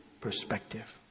perspective